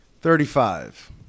Thirty-five